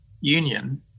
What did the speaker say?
union